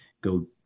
go